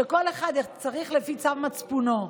כל אחד צריך לפי צו מצפונו.